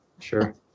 sure